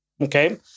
Okay